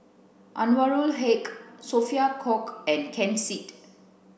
Anwarul Haque Sophia Cooke and Ken Seet